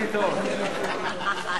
נתקבלה.